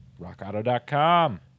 rockauto.com